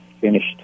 finished